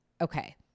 okay